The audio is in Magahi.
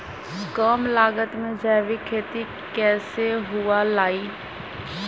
कम लागत में जैविक खेती कैसे हुआ लाई?